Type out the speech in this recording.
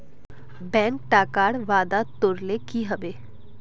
bank टाकार वादा तोरले कि हबे